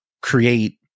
create